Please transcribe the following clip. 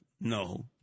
No